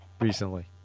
recently